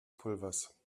pulvers